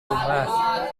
rumah